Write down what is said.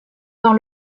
dans